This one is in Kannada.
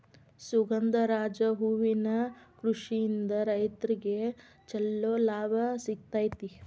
ಸುಗಂಧರಾಜ ಹೂವಿನ ಕೃಷಿಯಿಂದ ರೈತ್ರಗೆ ಚಂಲೋ ಲಾಭ ಸಿಗತೈತಿ